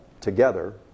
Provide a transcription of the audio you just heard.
together